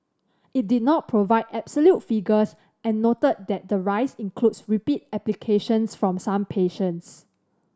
it did not provide absolute figures and noted that the rise includes repeat applications from some patients